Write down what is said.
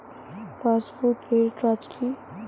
Passbook এর কাজ কি?